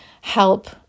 help